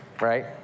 Right